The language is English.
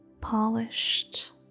polished